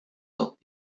dat